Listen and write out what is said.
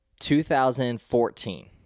2014